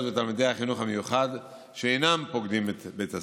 ותלמידי החינוך המיוחד שאינם פוקדים את בית הספר.